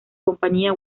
compañía